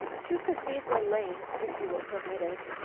to cathedral lane, if you will permit it.